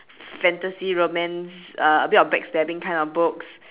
fantasy romance uh a bit of backstabbing kind of books